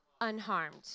unharmed